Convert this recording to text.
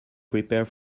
prepare